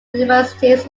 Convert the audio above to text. universities